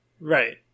Right